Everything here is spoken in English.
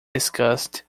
discussed